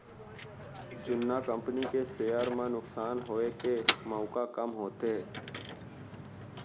जुन्ना कंपनी के सेयर म नुकसान होए के मउका कम होथे